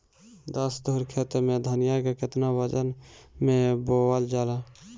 दस धुर खेत में धनिया के केतना वजन मे बोवल जाला?